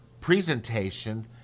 presentation